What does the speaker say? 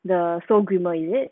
the soul grimmer is it